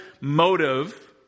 motive